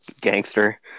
Gangster